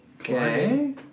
Okay